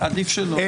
עדיף שלא.